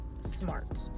smart